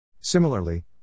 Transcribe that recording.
Similarly